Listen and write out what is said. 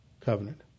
covenant